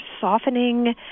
softening